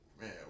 man